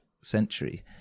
century